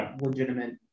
legitimate